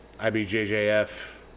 IBJJF